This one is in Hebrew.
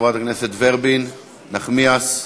חברת הכנסת נחמיאס ורבין,